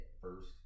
first